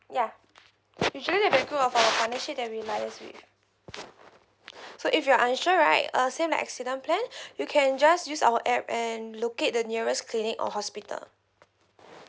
ya usually we have a group of our partnership that we liaise with so if you're unsure right uh same like accident plan you can just use our app and locate the nearest clinic or hospital